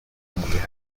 banking